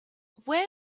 where